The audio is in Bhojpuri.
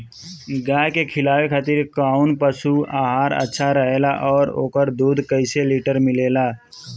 गाय के खिलावे खातिर काउन पशु आहार अच्छा रहेला और ओकर दुध कइसे लीटर मिलेला?